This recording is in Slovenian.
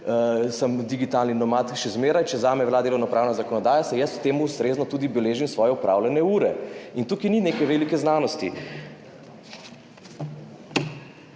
sem digitalni nomad, še zmeraj, če zame velja delovnopravna zakonodaja, si jaz temu ustrezno tudi beležim svoje opravljene ure. Tukaj ni neke velike znanosti.